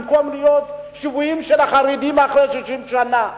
במקום להיות שבויים של החרדים אחרי 60 שנה,